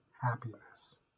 happiness